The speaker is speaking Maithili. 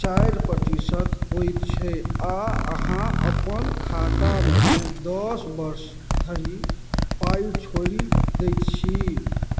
चारि प्रतिशत होइ छै आओर अहाँ अपन खातामे दस वर्ष धरि पाइ छोड़ि दै छी